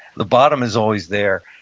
the bottom is always there.